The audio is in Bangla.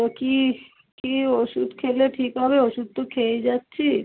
তো কী কী ওষুধ খেলে ঠিক হবে ওষুধ তো খেয়েই যাচ্ছি